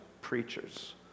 preachers